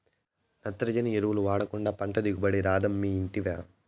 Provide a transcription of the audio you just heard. నత్రజని ఎరువులు వాడకుండా పంట దిగుబడి రాదమ్మీ ఇంటివా